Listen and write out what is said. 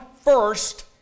first